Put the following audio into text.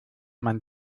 man